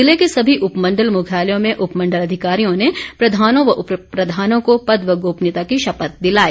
जिले के सभी उपमण्डल मुख्यालयों में उपमण्डल अधिकारियों ने प्रधानों व उप प्रधानों को पद व गोपनीयता की शपथ दिलाई